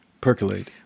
percolate